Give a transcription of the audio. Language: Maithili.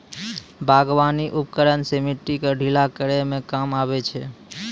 बागबानी उपकरन सें मिट्टी क ढीला करै म काम आबै छै